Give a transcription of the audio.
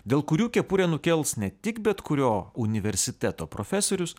dėl kurių kepurę nukels ne tik bet kurio universiteto profesorius